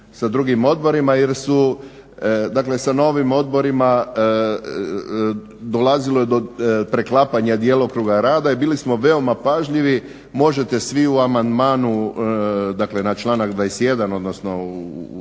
sa drugim odborima, jer su, sa novim odborima, dolazilo je do preklapanja djelokruga rada. I bili smo veoma pažljivi. Možete svi u amandmanu, dakle na članak 21., odnosno u